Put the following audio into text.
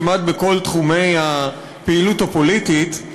כמעט בכל תחומי הפעילות הפוליטית.